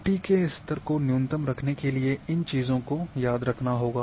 त्रुटि के स्तर को न्यूनतम रखने के लिए इन चीजों को याद रखना होगा